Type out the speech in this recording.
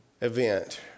event